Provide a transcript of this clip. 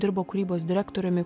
dirbo kūrybos direktoriumi